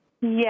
Yes